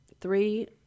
Three